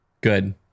Good